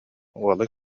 уола